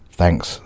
thanks